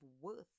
worth